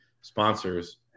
sponsors